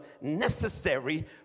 necessary